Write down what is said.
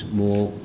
more